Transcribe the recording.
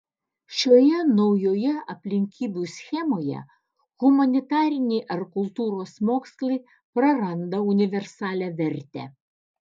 šioje naujoje aplinkybių schemoje humanitariniai ar kultūros mokslai praranda universalią vertę